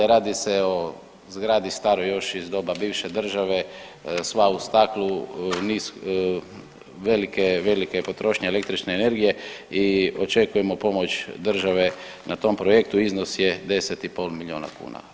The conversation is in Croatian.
Radi se o zgradi staroj još iz doba bivše države, sva u staklu, velika, velika je potrošnja električne energije i očekujemo pomoć države na tom projektu, iznos je 10 i pol milijuna kuna.